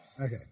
Okay